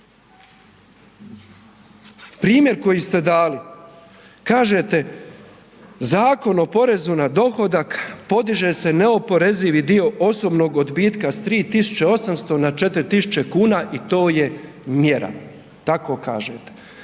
Primjer koji ste dali, kažete, Zakon o porezu na dohodak, podiže se neoporezivi dio osobnog odbitka s 3800 na 4000 kuna i to je mjera. Tako kažete.